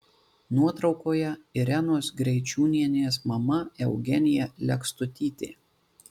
nuotraukoje irenos greičiūnienės mama eugenija lekstutytė